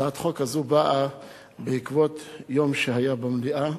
הצעת החוק הזאת באה בעקבות יום שהיה במליאה,